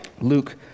Luke